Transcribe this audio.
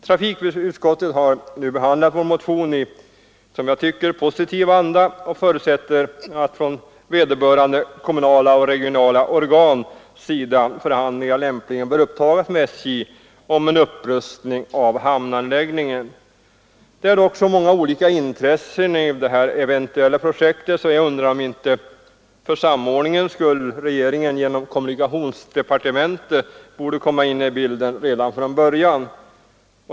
Trafikutskottet har behandlat vår motion i, som jag tycker, positiv anda och uttalar att från vederbörande kommunala och regionala organs sida förhandlingar lämpligen bör upptas med SJ om en upprustning av hamnanläggningen. Det är dock så många olika intressen i det här eventuella projektet att jag undrar om inte för samordningens skull regeringen genom kommunikationsdepartementet borde komma in i bilden redan från början.